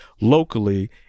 locally